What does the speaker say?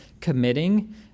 committing